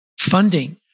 funding